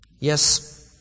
Yes